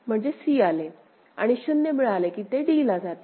म्हणजे C आले आणि 0 मिळाले की ते d ला जाते